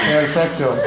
Perfecto